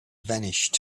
vanished